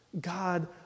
God